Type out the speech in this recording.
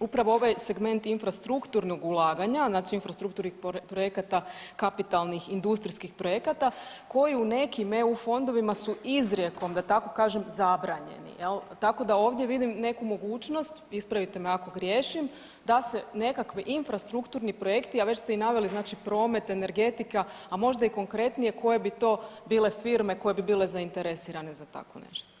upravo ovaj segment infrastrukturnog ulaganja, znači infrastrukturnih projekata kapitalnih industrijskih projekata koji u nekim EU fondovima su izrijekom da tako kažem zabranjeni jel, tako da ovdje vidim neku mogućnost, ispravite me ako griješim da se nekakve infrastrukturni projekti, a već ste i naveli znači promet, energetika, a možda i konkretnije koje bi to bile firme koje bi bile zainteresirane za tako nešto.